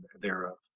thereof